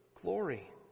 glory